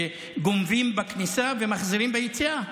שגונבים בכניסה ומחזירים ביציאה?